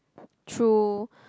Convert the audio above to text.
true